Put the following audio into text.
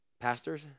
Pastors